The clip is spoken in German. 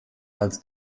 als